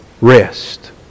rest